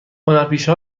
هنرپیشه